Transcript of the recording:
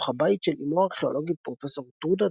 בתוך הבית של אמו הארכאולוגית פרופסור טרודה